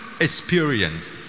experience